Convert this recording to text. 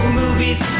movies